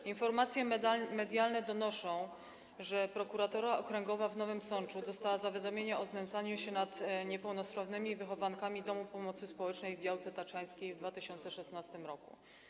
Z informacji medialnych wiemy, że Prokuratura Okręgowa w Nowym Sączu dostała zawiadomienie o znęcaniu się nad niepełnosprawnymi wychowankami Domu Pomocy Społecznej w Białce Tatrzańskiej w 2016 r.